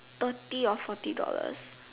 thirty or forty dollars